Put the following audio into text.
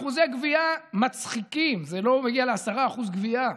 אחוזי גבייה מצחיקים, זה לא מגיע ל-10% גבייה,